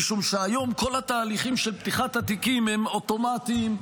משום שהיום כל התהליכים של פתיחת התיקים הם אוטומטיים,